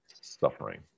suffering